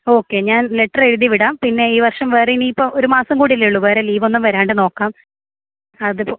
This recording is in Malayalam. ഓക്കെ ഞാൻ ലെറ്ററെഴുതിവിടാം പിന്നെ ഈ വർഷം വേറെയിനിയിപ്പോൾ ഒരുമാസം കൂടിയല്ലേ ഉള്ളൂ വേറെ ലീവൊന്നും വരാണ്ട് നോക്കാം അതുപോരെ